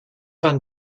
van